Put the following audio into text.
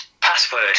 password